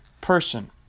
person